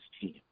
team